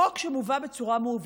חוק שמובא בצורה מעוותת,